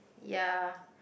ya